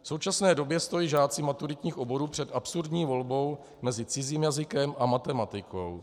V současné době stojí žáci maturitních oborů před absurdní volbou mezi cizím jazykem a matematikou.